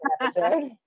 episode